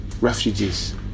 refugees